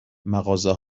مغازه